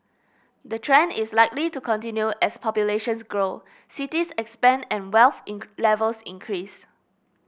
the trend is likely to continue as populations grow cities expand and wealth in levels increase